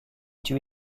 tué